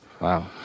Wow